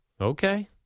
okay